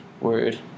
Word